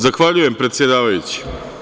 Zahvaljujem predsedavajući.